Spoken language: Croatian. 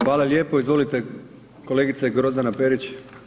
Hvala lijepo, izvolite kolegice Grozdana Perić.